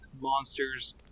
monsters